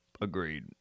agreed